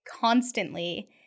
constantly